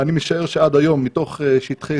אני משער שעד היום מתוך שטחי